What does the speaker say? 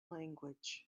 language